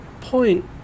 point